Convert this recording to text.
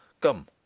Come